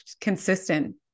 consistent